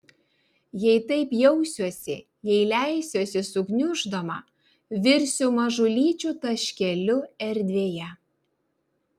jei taip jausiuosi jei leisiuosi sugniuždoma virsiu mažulyčiu taškeliu erdvėje